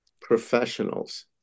professionals